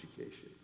education